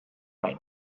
right